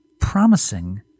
promising